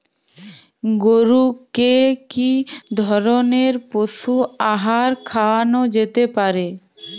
গরু কে কি ধরনের পশু আহার খাওয়ানো যেতে পারে?